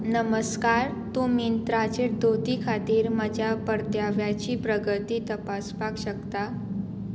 नमस्कार तूं मिंत्राचेर धोती खातीर म्हज्या परत्याव्याची प्रगती तपासपाक शकता